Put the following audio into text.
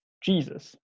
Jesus